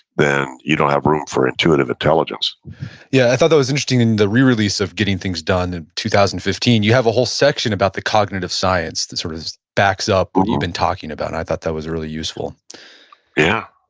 then you don't have room for intuitive intelligence yeah, i thought that was interesting in the re-release of getting things done in two thousand and fifteen, you have a whole section about the cognitive science that sort of backs up what you've been talking about, i thought that was really useful yeah.